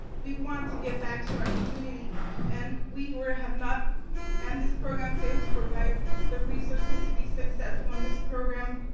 we want to give back to our community and we have not and this program failed to provide the resources to be successful in this program.